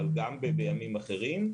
אבל גם בימים אחרים,